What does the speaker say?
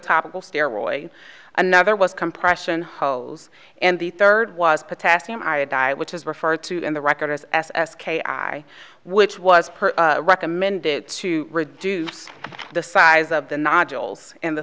topical steroids another was compression holes and the third was potassium iodide which is referred to in the record as s s k i which was per recommended to reduce the size of the nodules in the